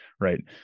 right